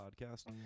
podcast